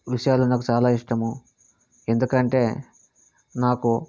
దృశ్యాలు నాకు చాలా ఇష్టము ఎందుకు అంటే నాకు